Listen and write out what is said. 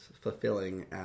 fulfilling